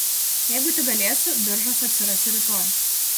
jeigu tik galėsiu biržuos atsirasiu rytoj